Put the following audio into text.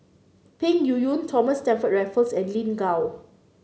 Peng Yuyun Thomas Stamford Raffles and Lin Gao